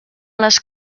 les